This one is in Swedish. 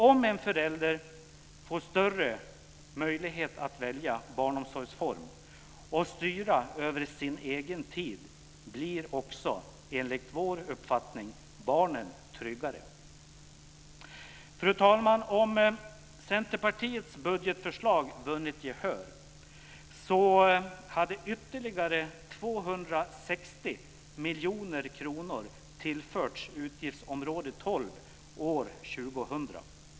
Om en förälder får större möjlighet att välja barnomsorgsform och styra över sin egen tid blir också, enligt vår uppfattning, barnen tryggare. Fru talman! Om Centerpartiets budgetförslag vunnit gehör hade ytterligare 260 miljoner kronor tillförts utgiftsområde 12 år 2000.